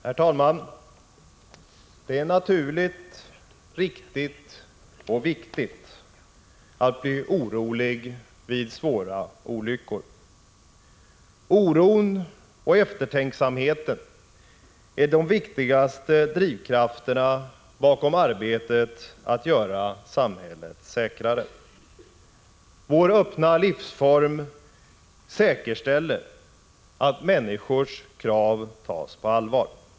Herr talman! Det är naturligt, riktigt och viktigt att bli orolig vid svåra olyckor. Oron och eftertänksamheten är de viktigaste drivkrafterna bakom arbetet att göra samhället säkrare. Vår öppna livsform säkerställer att människors krav tas på allvar.